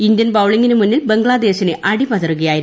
Indian ബൌളിംഗിന് മുന്നിൽ ബംഗ്ലാദേശിന് അടിപതറുകയായിരുന്നു